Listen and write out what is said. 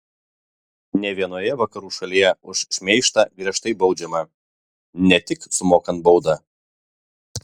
ne vienoje vakarų šalyje už šmeižtą griežtai baudžiama ne tik sumokant baudą